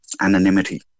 anonymity